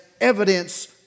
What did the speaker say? evidence